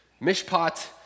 mishpat